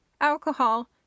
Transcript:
alcohol